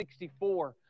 64